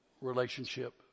relationship